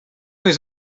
his